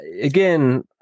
again